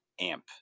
amp